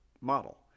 model